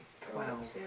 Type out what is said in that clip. Twelve